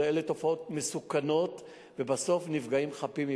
אלה תופעות מסוכנות, ובסוף נפגעים חפים מפשע.